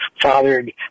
fathered